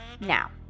Now